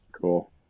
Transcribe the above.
Cool